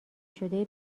شده